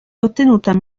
ottenuta